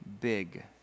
big